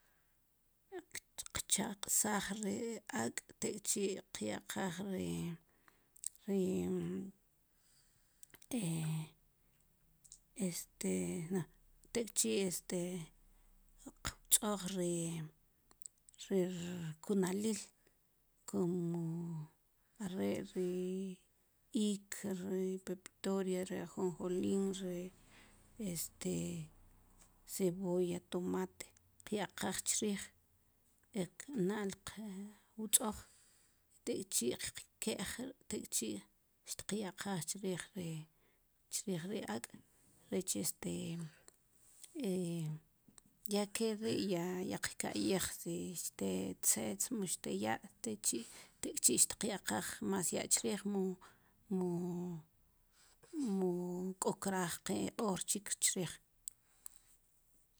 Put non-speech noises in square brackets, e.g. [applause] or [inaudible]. Qchaq'saaj ri ak' tek'chi' qyaqaj ri ri [hesitation] este no tek'chi' este qwtz'oj ri rir rkunalil kumo are' ri iik ri pepitoria ri ajonjolin ri este cebolla tomate qyaqaj chriij i na'l qwtz'oj tek'chi qke'j tek'chi tqyaqaj chriij ri ak' rech este [hesitation] ya ke ri' ya qka'yij si xtel tzetz mu xtel ya' tek'chi' xtqyaqaj mas ya' chriij mu mu mu k'o kraaj q'oor chik chriij